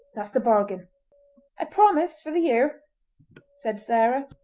that's the bargain i promise for the year said sarah.